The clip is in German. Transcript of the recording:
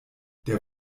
der